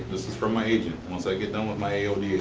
this is from my agent, once i get done with my aoda,